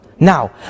Now